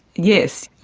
yes,